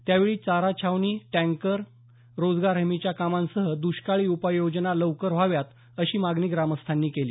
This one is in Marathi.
त्यावेळी चारा छावनी टँकर रोजगार हमीच्या कामांसह दृष्काळी उपाययोजना लवकर व्हाव्यात अशी मागणी ग्रामस्थांनी केली